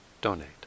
donate